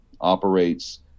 operates